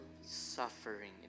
suffering